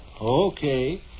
Okay